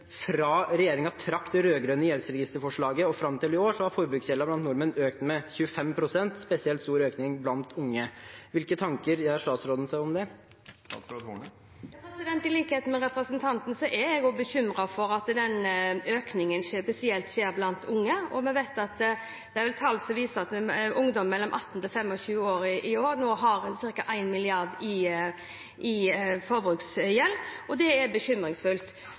fra regjeringen trakk det rød-grønne gjeldsregisterforslaget og fram til i år, har forbruksgjelden blant nordmenn økt med 25 pst., og med spesielt stor økning blant unge. Hvilke tanker gjør statsråden seg om det? I likhet med representanten er jeg bekymret for at den økningen skjer spesielt blant unge. Vi vet det er tall som viser at ungdom mellom 18 og 25 år nå i år har ca. 1 mrd. kr i forbruksgjeld, og det er bekymringsfullt.